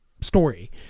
story